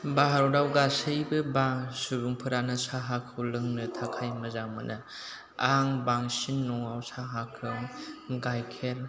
भारतआव गासैबो बां सुबुंफोरानो साहाखौ लोंनो थाखाय मोजां मोनो आं बांसिन न'आव साहाखौ गायखेर